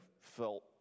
felt